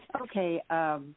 Okay